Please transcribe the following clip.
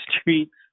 streets